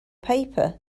paper